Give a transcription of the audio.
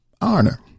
honor